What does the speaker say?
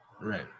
Right